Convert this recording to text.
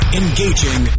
engaging